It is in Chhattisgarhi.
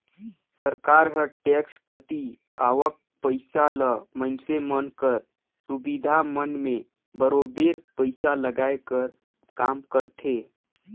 सरकार हर टेक्स कती आवक पइसा ल मइनसे मन कर सुबिधा मन में बरोबेर पइसा लगाए कर काम करथे